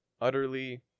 utterly